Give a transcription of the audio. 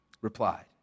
replied